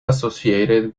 associated